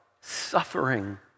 suffering